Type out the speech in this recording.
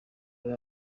ari